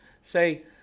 Say